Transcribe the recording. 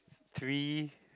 three